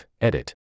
edit